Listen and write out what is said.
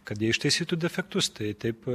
kad jie ištaisytų defektus tai taip